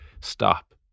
stop